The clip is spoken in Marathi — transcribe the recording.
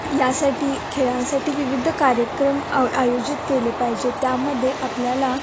यासाठी खेळासाठी विविध कार्यक्रम आ आयोजित केले पाहिजेत त्यामध्ये आपल्याला